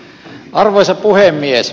arvoisa puhemies